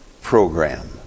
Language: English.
program